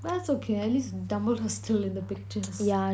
well that's okay at least dumbledore's still in the pictures